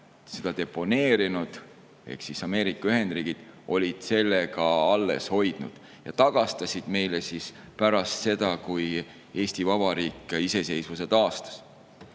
seda deponeerinud, ehk Ameerika Ühendriigid, olid selle alles hoidnud ja tagastasid meile pärast seda, kui Eesti Vabariik iseseisvuse taastas.